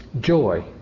joy